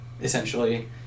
essentially